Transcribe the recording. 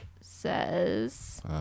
says